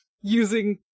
using